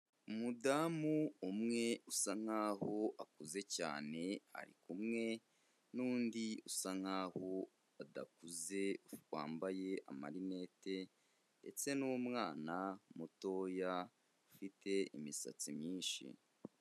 Umudamu umwe usa nkaho akuze cyane ari kumwe n'undi usa nkaho adakuze wambaye marinete ndetse n'umwana mutoya ufite imisatsi myinshi.